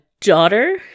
daughter